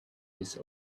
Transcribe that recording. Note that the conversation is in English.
his